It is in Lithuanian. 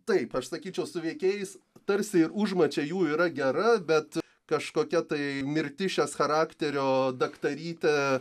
taip aš sakyčiau su veikėjais tarsi ir užmačia jų yra gera bet kažkokia tai mirtišės charakterio daktarytė